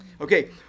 Okay